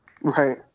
Right